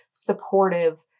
Supportive